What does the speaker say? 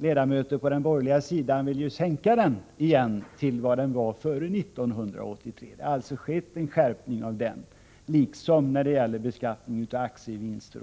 Ledamöterna på den borgerliga sidan vill ju sänka skatten till vad den var före 1983. Det har alltså skett en skärpning av förmögenhetsskatten, liksom av beskattningen av aktievinster.